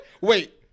wait